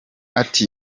ati